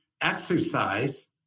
exercise